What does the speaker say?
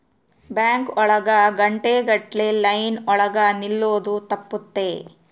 bank ಒಳಗ ಗಂಟೆ ಗಟ್ಲೆ ಲೈನ್ ಒಳಗ ನಿಲ್ಲದು ತಪ್ಪುತ್ತೆ